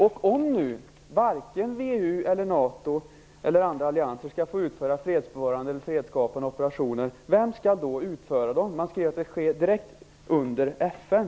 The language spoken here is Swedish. Om nu varken EU, NATO eller något annat land skall få utföra fredsbevarande eller fredsskapande operationer, vem skall då utföra dem? Vill man att det skall ske direkt under FN?